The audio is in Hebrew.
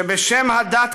שבשם הדת,